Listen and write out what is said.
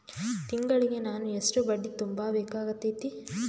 ತಿಂಗಳಿಗೆ ನಾನು ಎಷ್ಟ ಬಡ್ಡಿ ತುಂಬಾ ಬೇಕಾಗತೈತಿ?